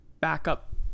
backup